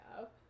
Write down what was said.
up